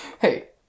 Hey